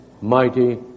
mighty